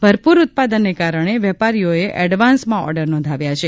ભરપુર ઉત્પાદનને કારણે વેપારીઓએ એડવાન્સમાં ઓર્ડર નોંધાવ્યા છે